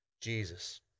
Jesus